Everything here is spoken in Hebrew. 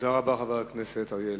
תודה רבה, חבר הכנסת אריה אלדד.